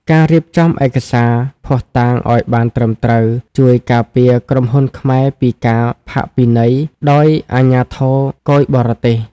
ការរៀបចំឯកសារភស្តុតាងឱ្យបានត្រឹមត្រូវ ជួយការពារក្រុមហ៊ុនខ្មែរពីការផាកពិន័យដោយអាជ្ញាធរគយបរទេស។